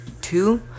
two